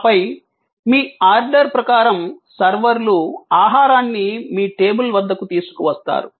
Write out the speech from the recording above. ఆపై మీ ఆర్డర్ ప్రకారం సర్వర్లు ఆహారాన్ని మీ టేబుల్ వద్దకు తీసుకువస్తారు